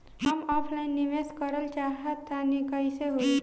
हम ऑफलाइन निवेस करलऽ चाह तनि कइसे होई?